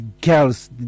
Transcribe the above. girls